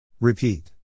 Repeat